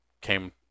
came